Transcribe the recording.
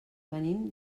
venim